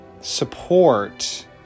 support